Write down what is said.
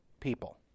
people